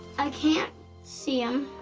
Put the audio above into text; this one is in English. i can't see him,